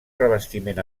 revestiment